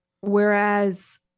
whereas